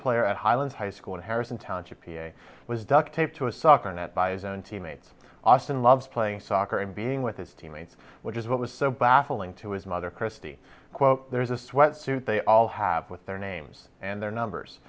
player at highland high school harrison township p a was duct taped to a soccer net by his own teammates austin loves playing soccer and being with his teammates which is what was so baffling to his mother kristie quote there's a sweatsuit they all have with their names and their numbers